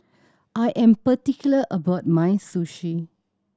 I am particular about my Sushi